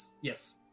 yes